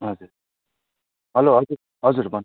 हजुर हेलो हजुर हजुर भन्नु